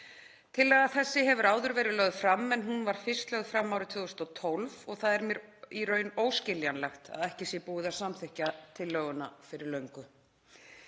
Tillaga þessi hefur áður verið lögð fram en hún var fyrst lögð fram árið 2012 og það er mér í raun óskiljanlegt að ekki sé búið að samþykkja tillöguna fyrir löngu.